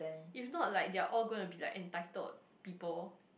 if not like they're all gonna be like entitled people